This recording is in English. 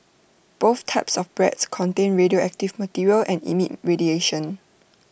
both types of breads contain radioactive material and emit radiation